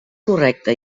correcta